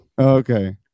Okay